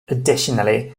additionally